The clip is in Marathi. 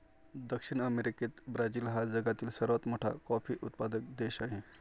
दक्षिण अमेरिकेत ब्राझील हा जगातील सर्वात मोठा कॉफी उत्पादक देश आहे